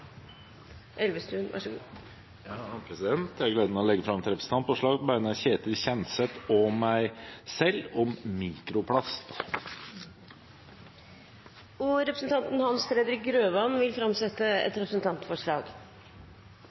Elvestuen vil framsette et representantforslag. Jeg har gleden av å legge fram et representantforslag på vegne av Ketil Kjenseth og meg selv om mikroplast. Representanten Hans Fredrik Grøvan vil framsette et representantforslag.